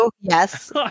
Yes